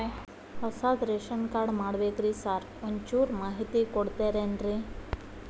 ಹೊಸದ್ ration card ಮಾಡ್ಬೇಕ್ರಿ sir ಒಂಚೂರ್ ಮಾಹಿತಿ ಕೊಡ್ತೇರೆನ್ರಿ?